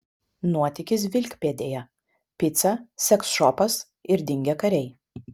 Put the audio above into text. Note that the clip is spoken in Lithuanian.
nuotykis vilkpėdėje pica seksšopas ir dingę kariai